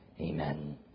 Amen